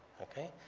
okay?